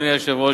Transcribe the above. אדוני היושב-ראש,